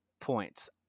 points